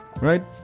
right